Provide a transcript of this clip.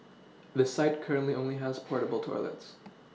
the site currently only has portable toilets